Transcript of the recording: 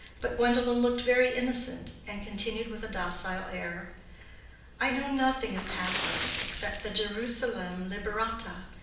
but gwendolen looked very innocent, and continued with a docile air i know nothing of tasso except the gerusalemme liberata,